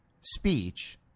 speech